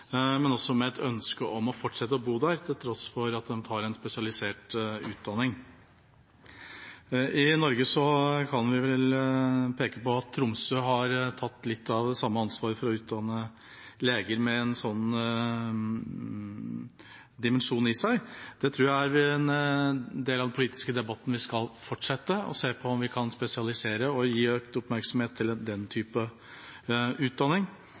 men de ble rekruttert fordi de hadde den erfaringen at de var oppvokst og hadde bodd i distriktene, og hadde et ønske om å fortsette å bo der selv om de hadde tatt en spesialisert utdanning. I Norge kan vi peke på at Tromsø har tatt litt av det samme ansvaret for å utdanne leger med en sånn erfaring. Det tror jeg er en del av den politiske debatten vi skal fortsette. Jeg tror vi skal se på en sånn spesialisering og om vi